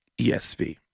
ESV